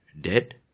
dead